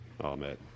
Amen